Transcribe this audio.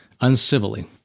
Uncivilly